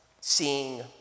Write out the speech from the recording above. seeing